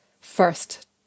first